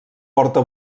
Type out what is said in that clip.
porta